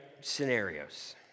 scenarios